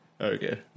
Okay